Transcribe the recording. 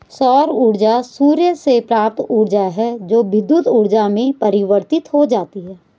सौर ऊर्जा सूर्य से प्राप्त ऊर्जा है जो विद्युत ऊर्जा में परिवर्तित हो जाती है